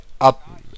up